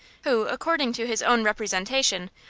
who, according to his own representation,